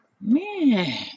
Man